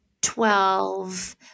twelve